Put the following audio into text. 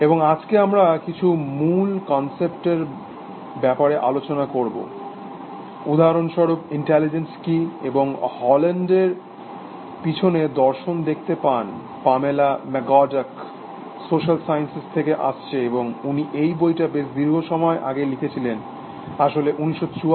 এবং আজকে আমরা কিছু মূল কনসেপ্টের ব্যাপারে আলোচনা করব উদাহরণস্বরূপ ইন্টেলিজেন্স কি এবং হেজল্যান্ড এর পিছনে দর্শন দেখতে পান পামেলা ম্যাককর্ডাক সোশ্যাল সায়েন্স থেকে আসছে এবং উনি এই বইটা বেশ দীর্ঘ সময় আগে লিখেছিলেন আসলে 1974 বা ওই রকম সময়